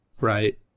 right